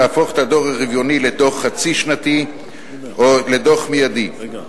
להפוך את הדוח הרבעוני לדוח חצי שנתי או לדוח מיידי.